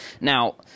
now